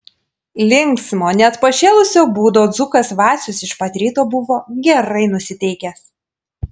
linksmo net pašėlusio būdo dzūkas vacius iš pat ryto buvo gerai nusiteikęs